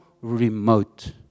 remote